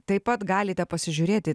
taip pat galite pasižiūrėti